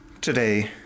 today